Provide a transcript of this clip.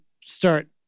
start